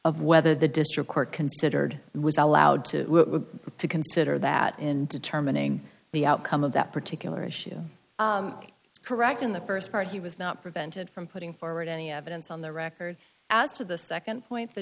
of whether the district court considered was allowed to consider that in determining the outcome of that particular issue it's correct in the first part he was not prevented from putting forward any evidence on the record as to the second point the